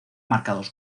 marcados